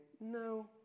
no